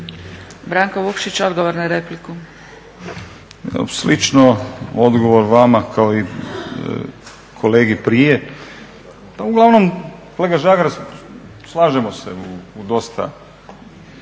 Branko (Nezavisni)** Slično odgovor vama kao i kolegi prije. Uglavnom kolega Žagar slažemo se u dosta